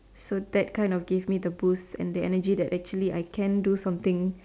so that kind of gave me the boost and energy that actually I can do something